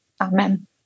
Amen